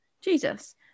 jesus